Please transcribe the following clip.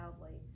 loudly